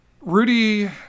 Rudy